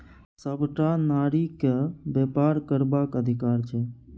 सभटा नारीकेँ बेपार करबाक अधिकार छै